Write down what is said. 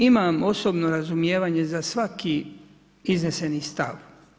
Imamo osobno razumijevanje za svaki izneseni stav.